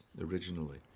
originally